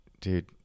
Dude